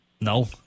No